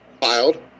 filed